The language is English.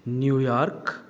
New York